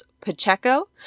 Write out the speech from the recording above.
Pacheco